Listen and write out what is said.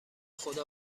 خدا